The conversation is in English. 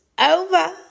over